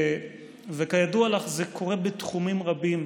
כידוע לך, זה קורה בתחומים רבים.